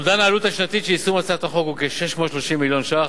אומדן העלות השנתית של יישום הצעת החוק הוא 630 מיליון שקלים.